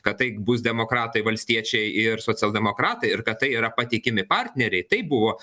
kad tai bus demokratai valstiečiai ir socialdemokratai ir kad tai yra patikimi partneriai taip buvo